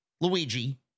Luigi